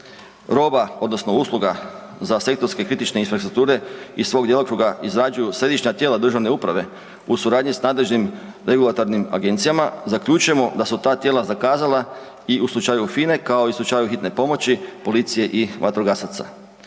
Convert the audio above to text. roba odnosno usluga za sektorski kritične infrastrukture iz svog djelokruga izrađuju središnja tijela državne uprave u suradnji s nadležnim regulatornim agencijama zaključujemo da su ta tijela zakazala i u slučaju HINE kao i u slučaju Hitne pomoći, policije i vatrogasaca.